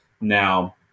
Now